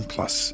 Plus